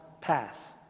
path